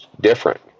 different